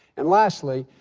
and lastly,